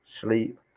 sleep